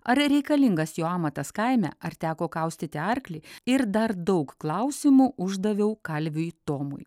ar reikalingas jo amatas kaime ar teko kaustyti arklį ir dar daug klausimų uždaviau kalviui tomui